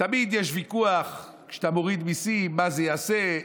תמיד יש ויכוח כשאתה מוריד מיסים מה זה יעשה,